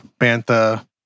Bantha